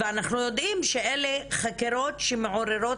ואנחנו יודעים שאלה הן חקירות שמעוררות